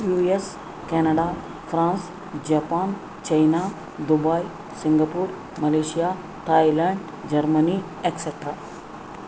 US Canada France Japan China Dubai Singapore Malaysia Thailand Germany etcetera